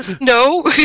No